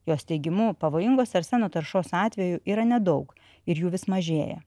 jos teigimu pavojingos arseno taršos atvejų yra nedaug ir jų vis mažėja